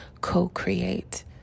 co-create